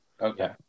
Okay